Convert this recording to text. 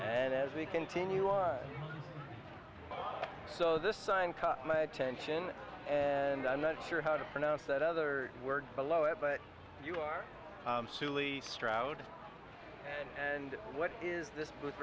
and as we continue our so this sign caught my attention and i'm not sure how to pronounce that other word below it but you are silly stroud and what is this boo